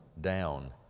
down